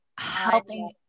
helping